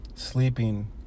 Sleeping